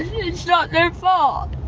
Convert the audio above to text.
it's not their fault